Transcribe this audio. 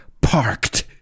parked